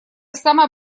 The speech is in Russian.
самая